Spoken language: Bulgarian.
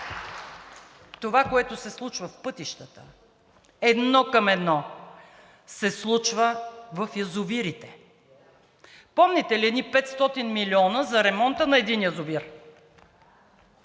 това, което се случва в пътищата, едно към едно се случва в язовирите. Помните ли едни 500 милиона за ремонта на един язовир?